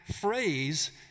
phrase